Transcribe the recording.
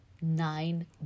nine